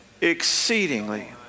exceedingly